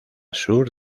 sur